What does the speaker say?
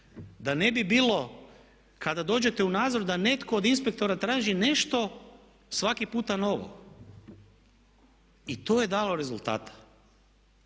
Da ne bi bilo kada dođete u nadzor da netko od inspektora traži nešto svaki puta novo. I to je dalo rezultata.